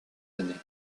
années